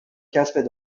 کسب